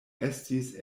estis